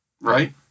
Right